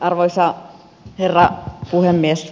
arvoisa herra puhemies